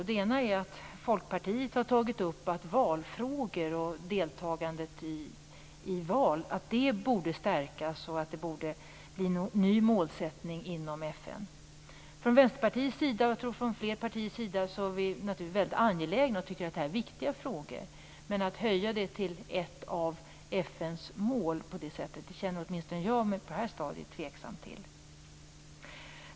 Den ena är att Folkpartiet har tagit upp valfrågor och menar att deltagandet i val borde stärkas, vilket borde bli en ny målsättning inom FN. Vi tycker från Vänsterpartiets och flera andra partiers sida naturligtvis att detta är mycket angelägna och viktiga frågor, men att höja dem till ett av FN:s mål känner jag mig åtminstone på det här stadiet tveksam till.